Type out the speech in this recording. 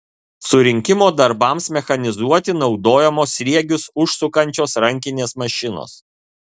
surinkimo darbams mechanizuoti naudojamos sriegius užsukančios rankinės mašinos